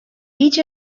each